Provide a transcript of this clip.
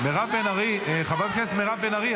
מירב בן ארי, חברת הכנסת מירב בן ארי.